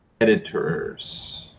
editors